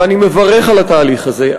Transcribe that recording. ואני מברך על התהליך הזה,